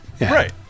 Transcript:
Right